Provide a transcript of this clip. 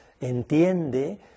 entiende